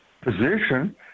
position